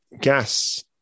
Gas